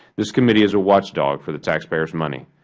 this committee is a watchdog for the taxpayerso money.